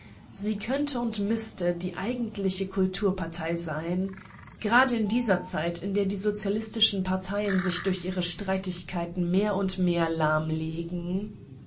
sie könnte und müßte die eigentliche kulturpartei sein gerade in dieser zeit in der die sozialistischen parteien sich durch ihre streitigkeiten mehr und mehr lahmlegen